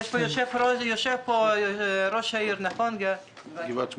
יושב פה ראש העיר גבעת שמואל.